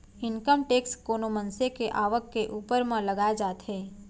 income tax कोनो मनसे के आवक के ऊपर म लगाए जाथे